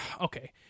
okay